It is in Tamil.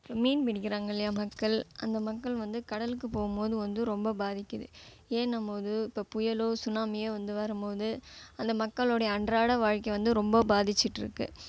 மீன் பிடிக்கிறாங்க இல்லையா மக்கள் அந்த மக்கள் வந்து கடலுக்கு போகும்போது வந்து ரொம்ப பாதிக்குது ஏனும்போது இப்போ புயலோ சுனாமியோ வந்து வரும்போது அந்த மக்களுடைய அன்றாட வாழ்க்கையை வந்து ரொம்ப பாதிச்சிட்டு இருக்குது